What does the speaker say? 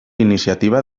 iniciativa